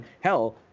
hell